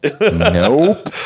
Nope